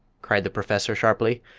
cried the professor, sharply,